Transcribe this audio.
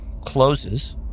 closes